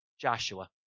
Joshua